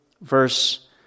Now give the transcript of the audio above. verse